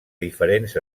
diferents